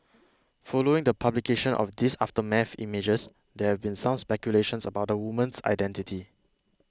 following the publication of these aftermath images there have been some speculations about the woman's identity